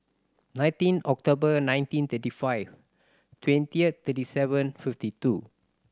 nineteen October nineteen thirty five twenty thirty seven fifty two